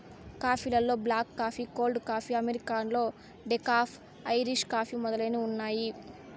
coffee లలో black coffee, cold coffee, americano, decaf, Irish coffee మొదలైనవి ఉన్నాయి